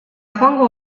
joango